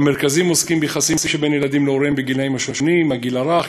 המרכזים עוסקים ביחסים שבין ילדים להוריהם בגילים שונים: הגיל הרך,